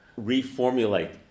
reformulate